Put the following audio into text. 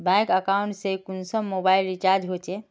Bank account से कुंसम mobile recharge होचे?